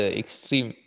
extreme